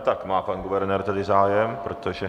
Tak má pan guvernér zájem, protože...